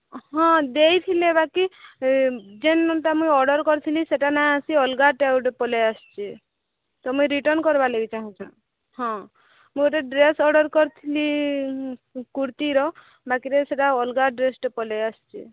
ହଁ ଦେଇଥିଲେ ବାକି ଯେଉଁଟା ମୁଁ ଅର୍ଡର୍ କରିଥିଲି ସେଟା ନ ଆସି ଅଲଗାଟେ ଆଉଗୋଟେ ପଲେଇଆସିଛି ତ ମୁଁ ରିଟର୍ନ କରିବା ଲାଗି ଚାହୁଁଛି ହଁ ମୁଁ ଗୋଟେ ଡ୍ରେସ୍ ଅର୍ଡର୍ କରିଥିଲି କୁର୍ତ୍ତିର ବାକିରେ ସେଟା ଅଲଗା ଡ୍ରେସ୍ଟେ ପଳେଇଆସିଛି